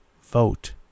Vote